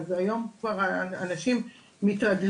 אז היום כבר אנשים מתרגלים,